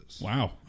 Wow